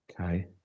Okay